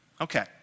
Okay